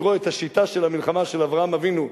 לקרוא את השיטה של המלחמה של אברהם אבינו,